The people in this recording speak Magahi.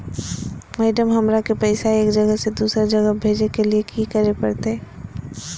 मैडम, हमरा के पैसा एक जगह से दुसर जगह भेजे के लिए की की करे परते?